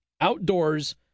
Outdoors